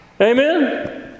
Amen